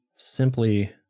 Simply